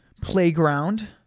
playground